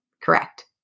Correct